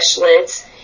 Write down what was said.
lids